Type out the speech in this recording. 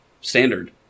standard